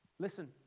Listen